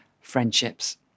friendships